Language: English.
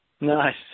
Nice